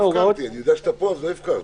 אני יודע שאתה פה, אז לא הפקרתי.